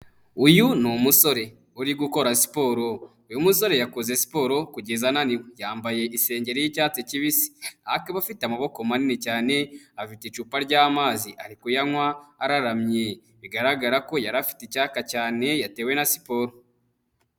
Uyu ni umusore uri gukora siporo, uyu musore yakoze siporo kugeza ananiwe, yambaye isengeri y'icyatsi kibisi, akaba afite amaboko manini cyane, afite icupa ry'amazi ari kuyanywa araramye, bigaragara ko yari afite icyaka cyane yatewe na siporo.